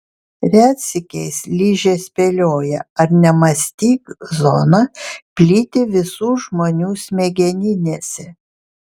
retsykiais ližė spėlioja ar nemąstyk zona plyti visų žmonių smegeninėse